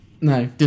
no